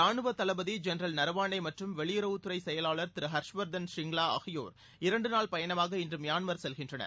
ரானுவத் தளபதி ஜென்ரல் நரவாளே மற்றும் வெளியுறவுத்துறை செயவாளர் திரு ஹர்ஷ்வர்தன் ஷ்ரிங்லா ஆகியோர் இரண்டுநாள் பயணமாக இன்று மியான்மர் செல்கின்றனர்